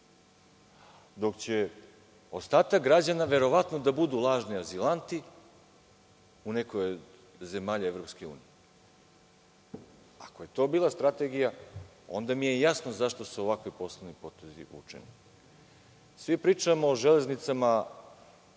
dok će ostatak građana verovatno da budu lažni azilanti u nekoj od zemalja EU. Ako je to bila strategija, onda mi je jasno zašto su ovakvi poslovni potezi vučeni. Svi pričamo o železnicama